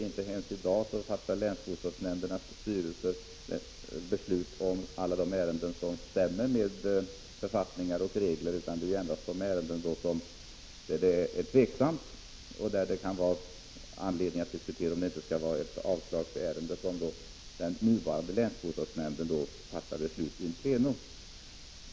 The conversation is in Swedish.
Inte ens i dag fattar länsbostadsnämndernas styrelser beslut om alla de ärenden som stämmer med författningar och regler, utan det är endast om de ärenden där det råder tveksamhet och där det kan finnas anledning att diskutera om det inte skall vara ett avslagsärende som den nuvarande länsbostadsnämnden fattar beslut in pleno.